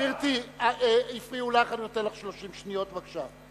גברתי, הפריעו לך, אני נותן לך 30 שניות, בבקשה.